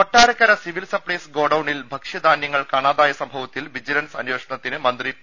Kottarakkara civil supplies ഗോഡൌണിൽ ഭക്ഷ്യധാന്യങ്ങൾ കാണാതായ സംഭവത്തിൽ വിജിലൻസ് അന്വേഷണത്തിന് മന്ത്രി പി